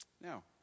Now